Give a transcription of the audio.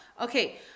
Okay